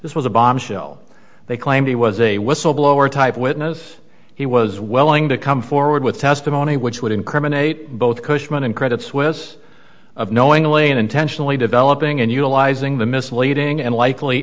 this was a bombshell they claimed he was a whistleblower type witness he was welling to come forward with testimony which would incriminate both cushman and credit suisse of knowingly and intentionally developing an utilizing the misleading and likely